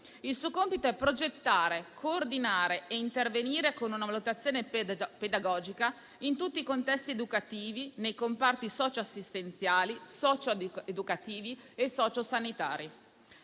Il suo compito è progettare, coordinare e intervenire con una valutazione pedagogica in tutti i contesti educativi, nei comparti socio-assistenziali, socio-educativi e socio-sanitari.